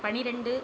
பனிரெண்டு